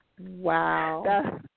Wow